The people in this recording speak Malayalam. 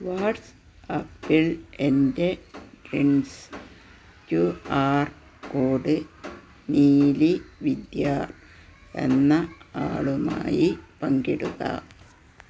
വാട്ട്സ്ആപ്പിൽ എന്റെ ട്രിൻസ് Q R code Neeli Vidya എന്ന ആളുമായി പങ്കിടുക